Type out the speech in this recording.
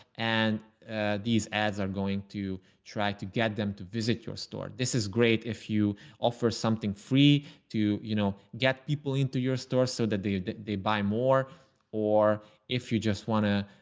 and these ads are going to try to get them to visit your store. this is great. if you offer something free to, you know, get people into your stores so that they that they buy more or if you just want to,